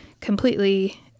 completely